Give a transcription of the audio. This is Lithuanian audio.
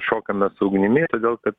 šokame su ugnimi todėl kad